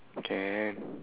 okay